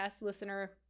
listener